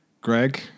greg